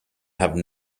have